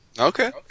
Okay